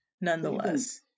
Nonetheless